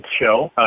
show